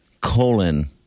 colon